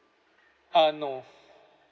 uh no